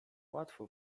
łatwo